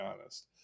honest